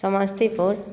Samastipur